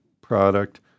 product